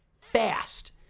fast